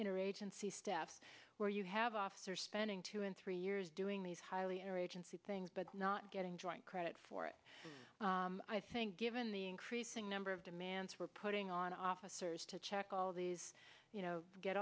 inner agency staff where you have officers spending two and three years doing these highly enter agency things but not getting joint credit for it i think given the increasing number of demands for putting on officers to check all these you know get